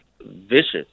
vicious